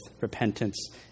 repentance